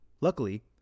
Luckily